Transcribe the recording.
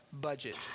budget